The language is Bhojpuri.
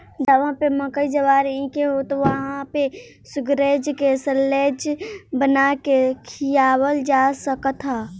जहवा पे मकई ज्वार नइखे होत वहां पे शुगरग्रेज के साल्लेज बना के खियावल जा सकत ह